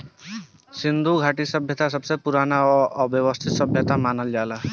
सिन्धु घाटी सभ्यता सबसे पुरान आ वयवस्थित सभ्यता मानल जाला